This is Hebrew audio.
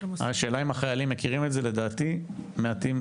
השאלה אם החיילים מכירים את זה לדעתי, מעטים.